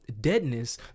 deadness